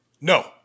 No